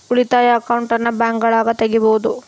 ಉಳಿತಾಯ ಅಕೌಂಟನ್ನ ಬ್ಯಾಂಕ್ಗಳಗ ತೆಗಿಬೊದು